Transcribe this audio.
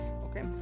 Okay